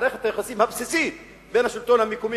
מערכת היחסים הבסיסית בין השלטון המקומי